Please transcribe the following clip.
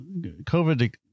COVID